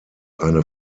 eine